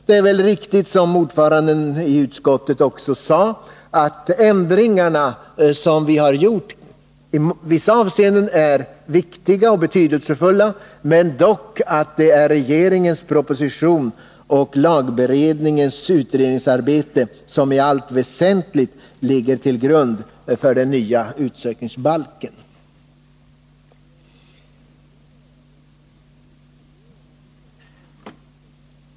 Det är väl riktigt, som ordföranden i utskottet också sade, att de ändringar som vi gjort i vissa avseenden är viktiga och betydelsefulla men att det är regeringens proposition och lagberedningens utredningsarbete som i allt väsentligt ligger till grund för den nya utsökningsbalken.